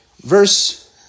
Verse